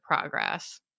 progress